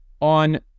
on